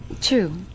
True